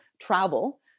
travel